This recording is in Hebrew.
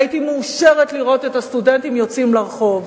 הייתי מאושרת לראות את הסטודנטים יוצאים לרחוב.